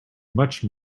much